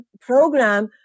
program